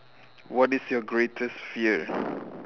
what is your greatest fear